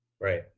Right